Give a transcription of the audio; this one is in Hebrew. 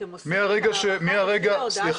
אתם עושים את ההערכה לפי ההודעה של --- סליחה,